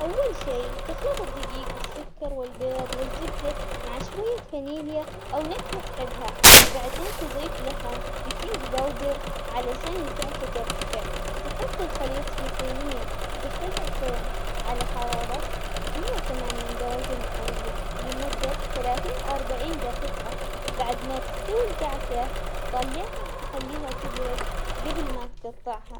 أول شي تخلط الدقيق والسكر والبيض والزبدة مع شوية فانيليا أو نكهة تحبها، بعدين تضيف لها بيكنج باودر علشان الكعكة ترتفع، تحط الخليط في صينية تدخلها الفرن على حرارة مية وثمانين درجة مئوية، لمدة ثلاثين أو أربعين دقيقة، بعد ما تستوي الكعكة تطلعها وتخليها تبرد قبل ما تقطعها.